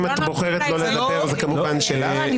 אם את בוחרת לא לדבר, זה כמובן שלך.